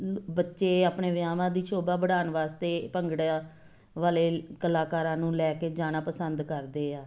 ਬੱਚੇ ਆਪਣੇ ਵਿਆਹਾਂ ਦੀ ਸ਼ੋਭਾ ਬਣਾਉਣ ਵਾਸਤੇ ਭੰਗੜਾ ਵਾਲੇ ਕਲਾਕਾਰਾਂ ਨੂੰ ਲੈ ਕੇ ਜਾਣਾ ਪਸੰਦ ਕਰਦੇ ਆ